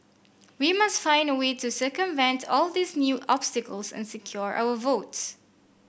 we must find a way to circumvent all these new obstacles and secure our votes